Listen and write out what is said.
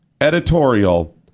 editorial